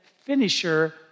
finisher